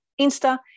insta